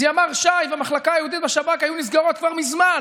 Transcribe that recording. אז ימ"ר ש"י והמחלקה היהודית בשב"כ היו נסגרות כבר מזמן.